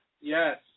Yes